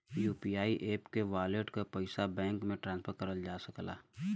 UPI app के wallet क पइसा बैंक में ट्रांसफर करल जा सकला